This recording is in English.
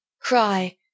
cry